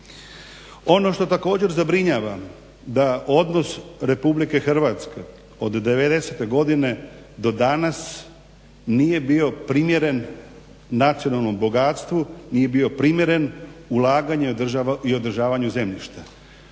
Ono što također zabrinjava da odnos Republike Hrvatske od devedesete godine do danas nije bio primjeren nacionalnom bogatstvu, nije bilo primjeren ulaganju i održavanju zemljišta.